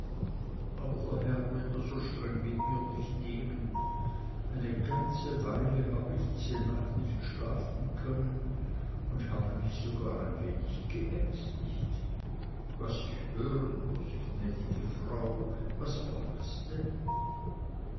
aber der herr wird es so streng mit mir nicht nehmen eine ganze weile hab ich diese nacht nicht schlafen können und habe mich sogar ein wenig geängstigt was ich hören muß gnäd'ge frau was war es denn